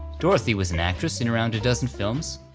dorothy was an actress in around a dozen films.